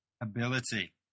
ability